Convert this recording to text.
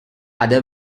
other